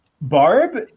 Barb